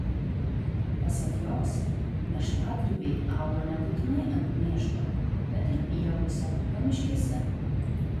pasak jos mėšlagrybiai auga nebūtinai ant mėšlo bet ir pievose pamiškėse